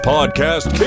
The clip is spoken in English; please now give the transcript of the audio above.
Podcast